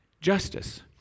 Justice